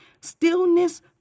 stillness